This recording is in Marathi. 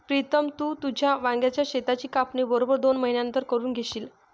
प्रीतम, तू तुझ्या वांग्याच शेताची कापणी बरोबर दोन महिन्यांनंतर करून घेशील